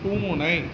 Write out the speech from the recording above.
பூனை